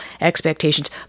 expectations